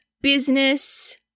business